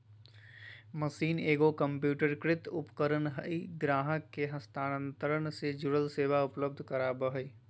machine एगो कंप्यूटरीकृत उपकरण हइ ग्राहक के हस्तांतरण से जुड़ल सेवा उपलब्ध कराबा हइ